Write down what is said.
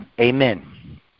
Amen